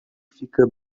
fica